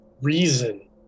reason